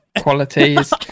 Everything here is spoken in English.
qualities